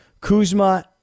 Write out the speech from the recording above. Kuzma